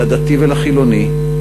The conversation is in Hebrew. לדתי ולחילוני,